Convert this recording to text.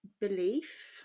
Belief